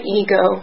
ego